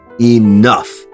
enough